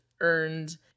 Earned